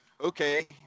okay